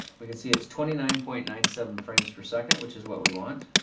we can see it's twenty nine point nine seven frames per second which is what we want.